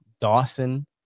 Dawson